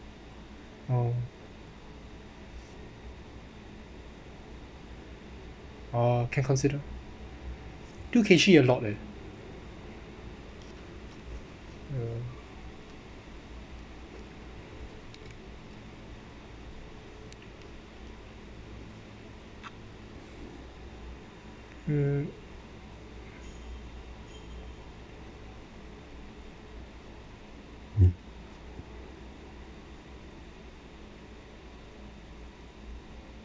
oh oh can consider two K_G a lot eh mm